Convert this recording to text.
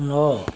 ନଅ